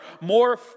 more